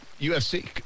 UFC